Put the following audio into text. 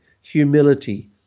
humility